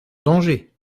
danger